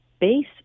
base